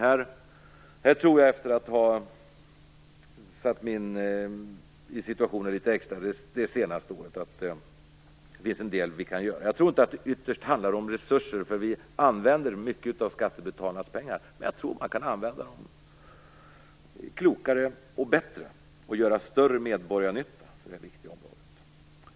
Efter att jag har satt mig in i situationen litet extra under det senaste året har jag sett att det finns en del att göra. Det handlar inte ytterst om resurser, eftersom man använder en stor del av skattebetalarnas pengar, men jag tror att pengarna kan användas bättre och klokare. Därmed blir medborgarnyttan på detta viktiga område större.